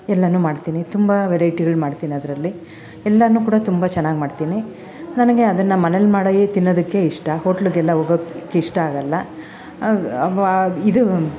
ಎಲ್ಲನು ಮಾಡ್ತೀನಿ ತುಂಬ ವೆರೈಟಿಗಳು ಮಾಡ್ತಿನದ್ರಲ್ಲಿ ಎಲ್ಲಾನು ಕೂಡ ತುಂಬ ಚೆನ್ನಾಗಿ ಮಾಡ್ತೀನಿ ನನಗೆ ಅದನ್ನು ಮನೇಲಿ ಮಾಡೇ ತಿನ್ನೋದಕ್ಕೆ ಇಷ್ಟ ಹೋಟ್ಲುಗೆಲ್ಲ ಹೋಗಕ್ಕೆ ಇಷ್ಟ ಆಗಲ್ಲ ಇದು